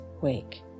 wake